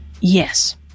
Yes